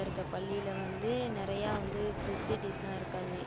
இருக்க பள்ளியில வந்து நிறையா வந்து ஃபெசிலிட்டீஸ்லாம் இருக்காது